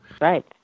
Right